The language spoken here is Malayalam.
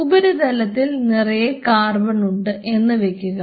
ഉപരിതലത്തിൽ നിറയെ കാർബൺ ഉണ്ട് എന്ന് വയ്ക്കുക